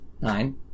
Nine